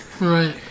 Right